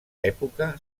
època